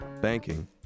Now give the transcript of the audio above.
Banking